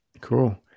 Cool